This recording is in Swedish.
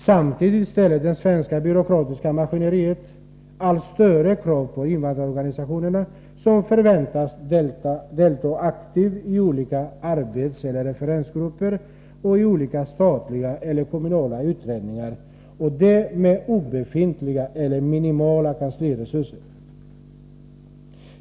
Samtidigt ställer det svenska byråkratiska maskineriet allt större krav på invandrarorganisationerna, som förväntas delta aktivt i olika arbetseller referensgrupper och i olika statliga eller kommunala utredningar — och det med obefintliga eller minimala kansliresurser.